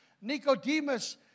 Nicodemus